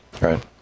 right